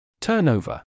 Turnover